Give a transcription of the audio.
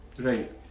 Right